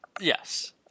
Yes